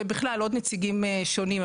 ובכלל עוד נציגים שונים,